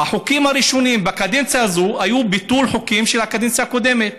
החוקים הראשונים בקדנציה הזאת היו ביטול חוקים של הקדנציה הקודמת.